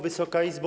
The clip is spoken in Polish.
Wysoka Izbo!